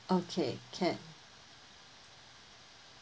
okay can